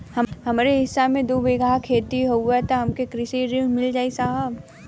हमरे हिस्सा मे दू बिगहा खेत हउए त हमके कृषि ऋण मिल जाई साहब?